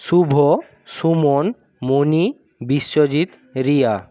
Shubho Suman Moni Biswajit Riya